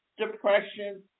depression